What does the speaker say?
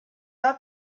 not